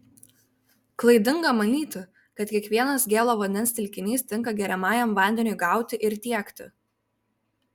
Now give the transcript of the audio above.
klaidinga manyti kad kiekvienas gėlo vandens telkinys tinka geriamajam vandeniui gauti ir tiekti